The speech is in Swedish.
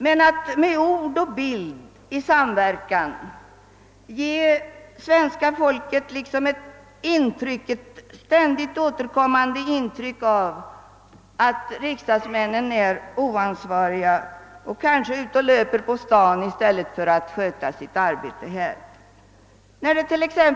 Men att med ord och bild i samverkan, såsom när tomma bänkrader visas, ge svenska folket liksom ett ständigt återkommande intryck av att riksdagsmännen är oansvariga och kanske ute och löper på stan i stället för att sköta sitt riksdagsarbete — det kan bara tolkas så, att man vill ge intryck av deras brist på ansvar.